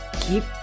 Keep